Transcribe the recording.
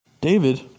David